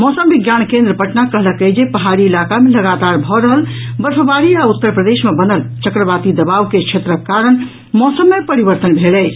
मौसम विज्ञान केन्द्र पटना कहलक अछि जे पहाड़ी इलाका मं लगातार भऽ रहल बर्फबारी आ उत्तर प्रदेश मे बनल चक्रवाती दबाव के क्षेत्रक कारण मौसम मे परिवर्तन भेल अछि